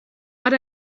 but